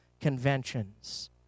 conventions